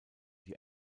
die